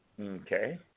Okay